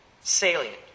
salient